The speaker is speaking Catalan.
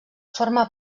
forma